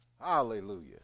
Hallelujah